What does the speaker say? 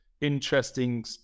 interesting